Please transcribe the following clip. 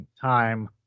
time